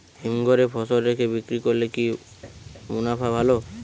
হিমঘরে ফসল রেখে বিক্রি করলে কি মুনাফা ভালো?